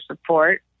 support